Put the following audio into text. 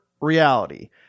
reality